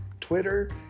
Twitter